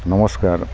নমস্কাৰ